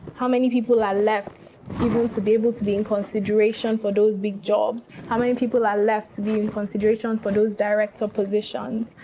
how many people are left even to be able to be in consideration for those big jobs? how many people are left to be in consideration and for those director positions?